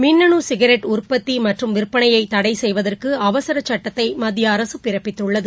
மின்னணு சிகரெட் உற்பத்தி மற்றும் விற்பனையை தடை செய்வதற்கு அவசர சட்டத்தை மத்திய அரசு பிறப்பித்துள்ளது